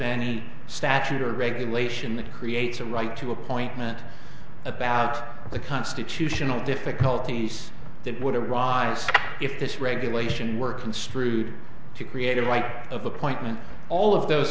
any statute or regulation that creates a right to appointment about the constitutional difficulties that would arise if this regulation were construed to create a right of appointment all of those